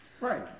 Right